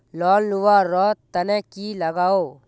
Loan लुवा र तने की लगाव?